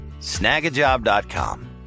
Snagajob.com